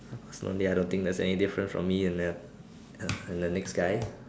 personally I don't think there's any difference for me and then the next guy